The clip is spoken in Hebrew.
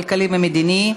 כלכלי ומדיני.